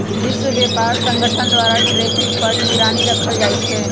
विश्व व्यापार संगठन द्वारा टैरिफ पर निगरानी राखल जाइ छै